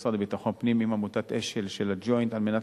עם המשרד לביטחון פנים ועם עמותת "אשל" של ה"ג'וינט" על מנת